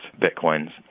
Bitcoins